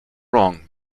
wrong